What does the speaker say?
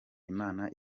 imana